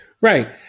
Right